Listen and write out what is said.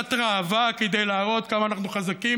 הרעשת ראווה כדי להראות כמה אנחנו חזקים,